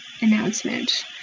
announcement